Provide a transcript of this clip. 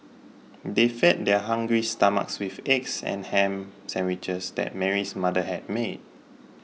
they fed their hungry stomachs with eggs and ham sandwiches that Mary's mother had made